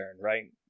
right